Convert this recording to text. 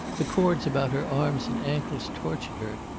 the cords about her arms and ankles tortured her.